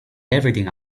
everything